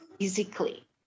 physically